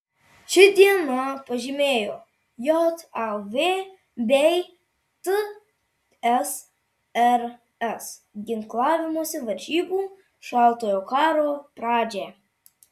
ši diena pažymėjo jav bei tsrs ginklavimosi varžybų šaltojo karo pradžią